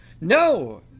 No